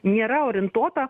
nėra orientuota